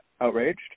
Outraged